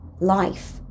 life